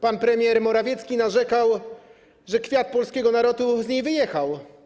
Pan premier Morawiecki narzekał, że kwiat polskiego narodu z niej wyjechał.